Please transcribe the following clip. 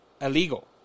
illegal